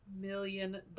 million